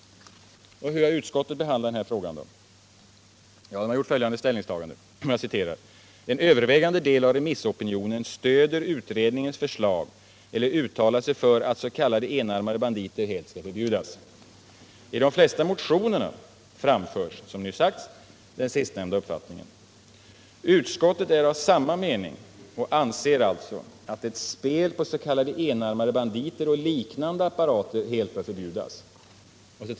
Hur har nu utskottet behandlat den här frågan? Utskottet har gjort följande ställningstagande: ”En övervägande del av remissopinionen stöder utredningens förslag eller uttalar sig för att s.k. enarmade banditer helt skall förbjudas. I de flesta motionerna framförs — som nyss sagts — den sistnämnda uppfattningen. Utskottet är av samma mening och anser alltså att spel på s.k. enarmade banditer och liknande apparater helt bör förbjudas.